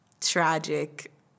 Tragic